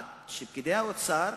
שפקידי האוצר,